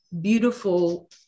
beautiful